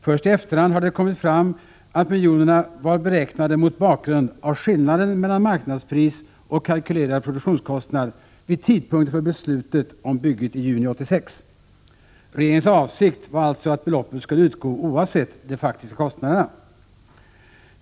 Först i efterhand har det kommit fram att miljonerna var beräknade mot bakgrund av skillnaden mellan marknadspris och kalkylerad produktionskostnad vid tidpunkten för beslutet om bygget i juni 1986. Regeringens avsikt var alltså att beloppet skulle utgå oavsett de faktiska kostnaderna.